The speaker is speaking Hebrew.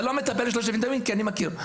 אתה לא מטפל ב-3,000 כי אני מכיר.